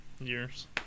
years